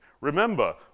Remember